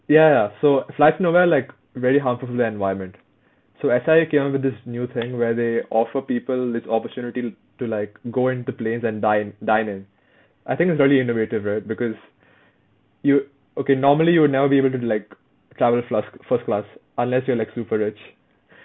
ya ya so flights to nowhere like very harmful for the environment so S_I_A came up with this new thing where they offer people this opportunity to like go into planes and dine dine in I think it's really innovative right because you okay normally you would never be able to like travel first first class unless you're like super rich